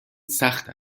سخت